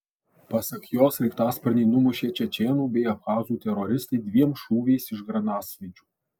pasak jo sraigtasparnį numušė čečėnų bei abchazų teroristai dviem šūviais iš granatsvaidžių